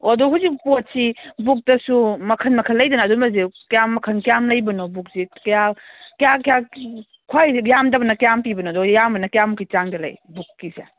ꯑꯣ ꯑꯗꯨ ꯍꯧꯖꯤꯛ ꯄꯣꯠꯁꯤ ꯕꯨꯛꯇꯁꯨ ꯃꯈꯟ ꯃꯈꯟ ꯂꯩꯗꯅ ꯑꯗꯨꯝꯕꯁꯤ ꯀꯌꯥꯝ ꯃꯈꯟ ꯀꯌꯥꯝ ꯂꯩꯕꯅꯣ ꯕꯨꯛꯁꯤ ꯀꯌꯥ ꯀꯌꯥ ꯈ꯭ꯋꯥꯏꯗꯩ ꯌꯥꯝꯗꯕꯅ ꯀꯌꯥꯝ ꯄꯤꯕꯅꯣꯗꯣ ꯌꯥꯝꯕꯅ ꯀꯌꯥꯃꯨꯛꯀꯤ ꯆꯥꯡꯗ ꯂꯩ ꯕꯨꯛꯀꯤꯁꯦ